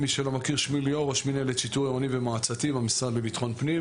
אני ראש מנהלת שיטור עירוני ומועצתי במשרד לביטחון פנים.